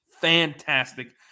fantastic